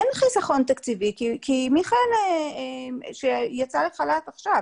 אין חיסכון תקציבי כי מיכאל יצא לחל"ת עכשיו,